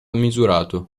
misurato